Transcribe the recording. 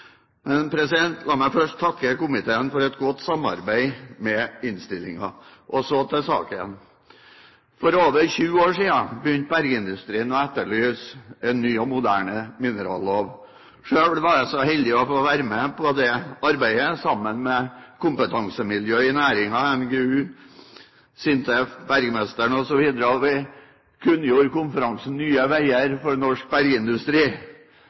Men la meg først takke komiteen for et godt samarbeid om innstillingen. Så til saken. For over 20 år siden begynte bergindustrien å etterlyse en ny og moderne minerallov. Selv var jeg så heldig å få være med på det arbeidet sammen med kompetansemiljøer i næringen – NGU, SINTEF, Bergmesteren, osv. – og vi kunngjorde konferansen «Nye veier for norsk bergindustri».